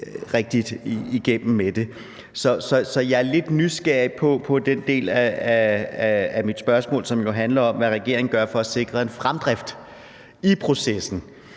Så jeg er lidt nysgerrig på svaret på den del af mit spørgsmål, der jo handler om, hvad regeringen gør for at sikre en fremdrift i processen.